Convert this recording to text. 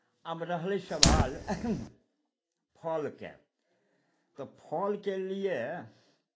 आब रहलै सवाल फलके तऽ फलके लिए